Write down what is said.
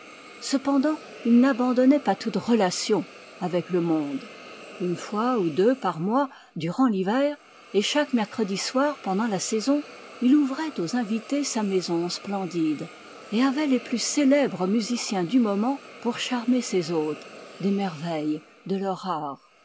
cependant il n'abandonnait pas toutes relations avec le monde une fois ou deux par mois durant l'hiver et chaque mercredi soir pendant la saison il ouvrait aux invités sa maison splendide et avait les plus célèbres musiciens du moment pour charmer ses hôtes des merveilles de leur art